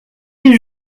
les